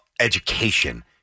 education